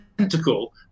identical